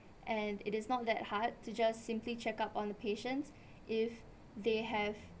and it is not that hard to just simply check up on the patients if they have